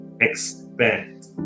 expect